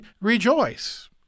rejoice